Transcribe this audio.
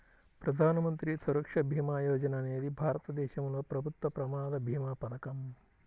ప్రధాన మంత్రి సురక్ష భీమా యోజన అనేది భారతదేశంలో ప్రభుత్వ ప్రమాద భీమా పథకం